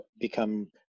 become